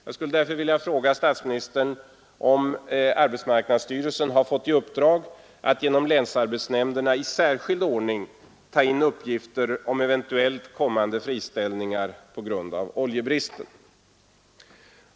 Jag skulle därför vilja fråga statsministern om AMS har fått i uppdrag att genom länsarbetsnämnderna i särskild ordning ta in uppgifter om eventuellt kommande friställningar på grund av oljebristen.